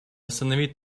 остановить